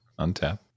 untap